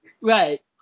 Right